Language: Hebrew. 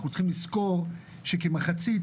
אנחנו צריכים לזכור שכמחצית,